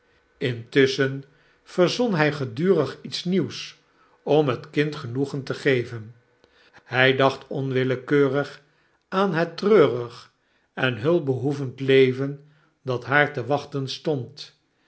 intusschen verzon hij gedurig iets nieuws om het kind genoegen te geven hij dachtonwillekeurigaan het treurig en hulpbehoevend leven dat haar te wachten stond